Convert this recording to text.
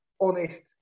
honest